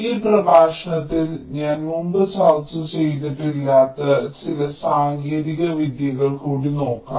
ഈ പ്രഭാഷണത്തിൽ ഞാൻ മുമ്പ് ചർച്ച ചെയ്തിട്ടില്ലാത്ത ചില സാങ്കേതിക വിദ്യകൾ കൂടി നോക്കാം